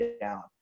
down